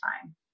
time